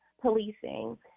policing